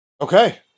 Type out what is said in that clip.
okay